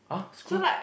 (huh) screw